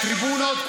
מהטריבונות,